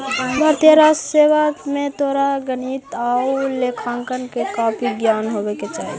भारतीय राजस्व सेवा में तोरा गणित आउ लेखांकन के काफी ज्ञान होवे के चाहि